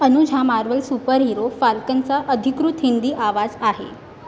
अनुज हा Marvel superhero फाल्कनचा अधिकृत हिंदी आवाज आहे